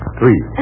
Three